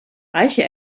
reiche